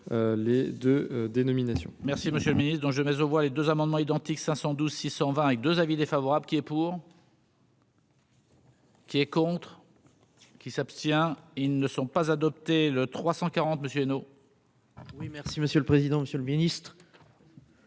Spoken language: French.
les de dénomination.